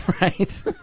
Right